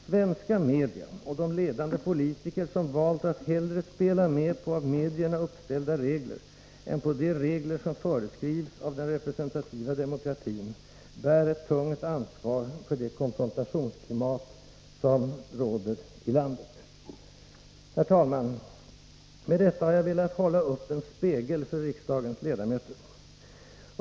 Svenska media, och de ledande politiker som valt att hellre spela med på av media uppställda regler än på de regler som föreskrivs av den representativa demokratin, bär ett tungt ansvar för det konfrontationsklimat som i dag råder i landet.” Herr talman! Med detta har jag velat hålla upp en spegel för riksdagens ledamöter.